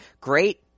Great